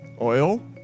Oil